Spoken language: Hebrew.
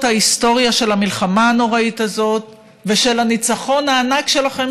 ההיסטוריה של המלחמה הנוראית הזאת ושל הניצחון הענק שלכם,